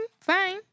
Fine